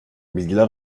bilgiler